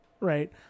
right